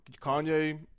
kanye